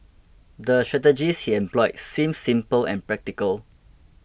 the strategies he employed seemed simple and practical